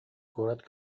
куорат